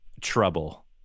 trouble